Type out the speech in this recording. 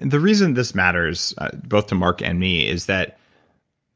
and the reason this matters both to mark and me is that